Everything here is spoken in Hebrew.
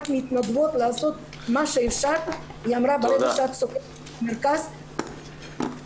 מתנדבות לעשות מה שאפשר' היא אמרה 'ברגע שאת סוגרת את המרכז --- תסכמי